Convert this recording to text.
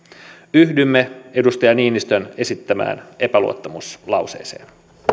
yhdymme edustaja niinistön esittämään epäluottamuslauseeseen